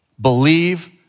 believe